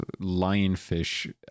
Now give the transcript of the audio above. lionfish